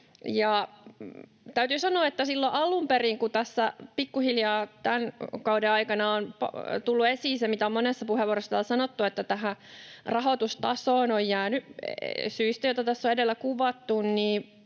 Täytyy sanoa, että kun tässä pikkuhiljaa tämän kauden aikana on tullut esiin se, mitä on monessa puheenvuorossa täällä sanottu, että tähän rahoitustasoon on jäänyt — syistä, joita on tässä edellä kuvattu